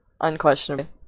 Unquestionably